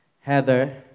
Heather